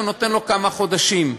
ונותן לו כמה חודשים.